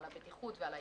על הבטיחות ועל העיכוב.